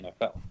NFL